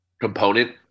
component